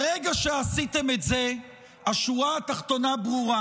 ברגע שעשיתם את זה השורה התחתונה ברורה,